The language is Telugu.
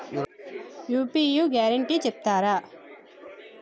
యూ.పీ.యి గ్యారంటీ చెప్తారా?